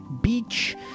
Beach